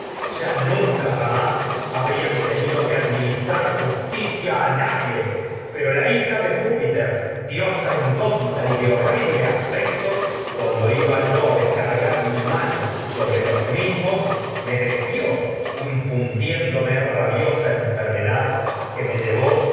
ya a jamás habrían tenido que pero administrar justicia y nadie la hija de júpiter diosa indómita de horrible aspecto cuando iba yo a descargar mi mano sobre lo s mismos me desvió infun diéndome rabiosa enfermedad que me llevó